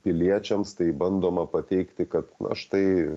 piliečiams tai bandoma pateikti kad na štai